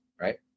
right